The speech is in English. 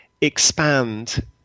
expand